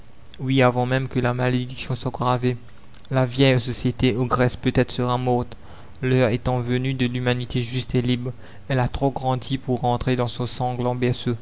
oui avant même que la malédiction soit gravée la vieille société ogresse peut-être sera morte l'heure étant venue de l'humanité juste et libre elle a trop grandi pour rentrer dans son sanglant